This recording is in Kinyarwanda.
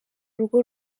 urugo